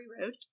road